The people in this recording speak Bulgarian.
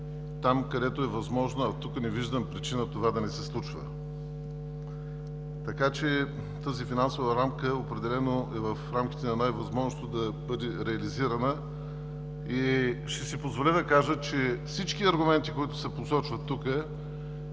там, където е възможно, а тук не виждам причина това да не се случва. Тази финансова рамка определено е в рамките на възможностите да бъде реализирана. Ще си позволя да кажа определено, че всички аргументи, които се посочват тук